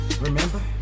Remember